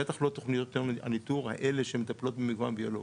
בטח לא תוכניות הניטור האלה שמטפלות במגוון ביולוגי.